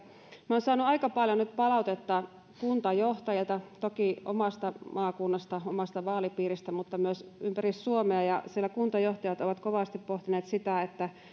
minä olen saanut aika paljon nyt palautetta kuntajohtajilta toki omasta maakunnastani omasta vaalipiiristäni mutta myös ympäri suomea ja kuntajohtajat ovat kovasti pohtineet sitä